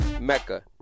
Mecca